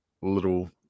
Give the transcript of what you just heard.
little